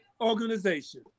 organization